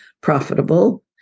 profitable